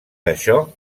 això